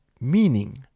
meaning